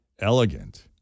Elegant